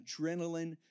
adrenaline